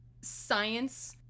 science